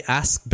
ask